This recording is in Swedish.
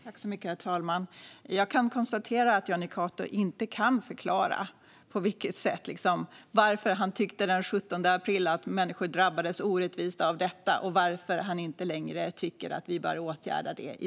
Herr talman! Jag kan konstatera att Jonny Cato inte kan förklara varför han den 17 april tyckte att människor drabbades orättvist av detta men i dag inte längre tycker att vi bör åtgärda det.